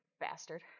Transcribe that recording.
bastard